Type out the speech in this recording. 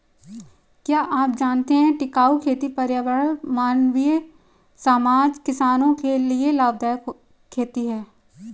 क्या आप जानते है टिकाऊ खेती पर्यावरण, मानवीय समाज, किसानो के लिए लाभदायक खेती है?